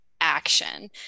action